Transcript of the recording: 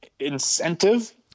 incentive